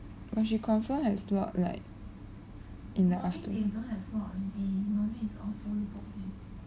but she confirm have slot right in the afternoon